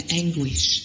anguish